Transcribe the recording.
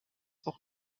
auch